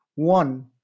One